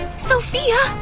sofia!